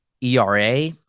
ERA